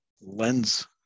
lens